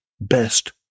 Best